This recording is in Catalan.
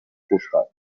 costat